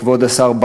כבוד השר,